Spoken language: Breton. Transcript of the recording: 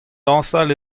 dañsal